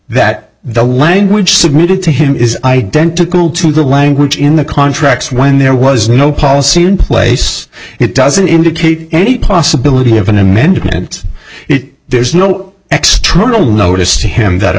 that the language submitted to him is identical to the language in the contracts when there was no policy in place it doesn't indicate any possibility of an amendment it there's no extra little notice to him that a